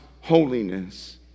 holiness